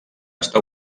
està